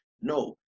No